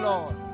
Lord